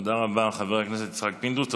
תודה רבה, חבר הכנסת יצחק פינדרוס.